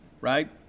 right